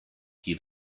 qui